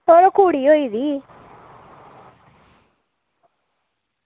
यरो कुड़ी होई दी